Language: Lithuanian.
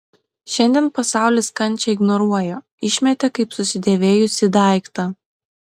šiandien pasaulis kančią ignoruoja išmetė kaip susidėvėjusį daiktą